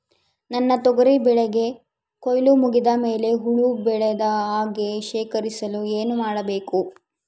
ನನ್ನ ತೊಗರಿ ಬೆಳೆಗೆ ಕೊಯ್ಲು ಮುಗಿದ ಮೇಲೆ ಹುಳು ಬೇಳದ ಹಾಗೆ ಶೇಖರಿಸಲು ಏನು ಮಾಡಬೇಕು?